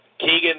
Keegan